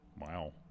Wow